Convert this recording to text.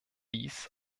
dies